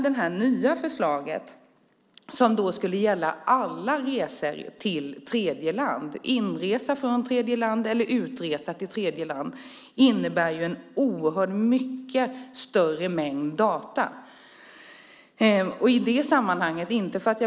Det nya förslaget skulle gälla alla resor till tredjeland, inresa till tredjeland eller utresa till tredjeland. Det innebär en oerhört mycket större mängd data. Jag vill inte utvidga debatten ytterligare.